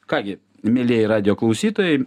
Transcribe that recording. ką gi mielieji radijo klausytojai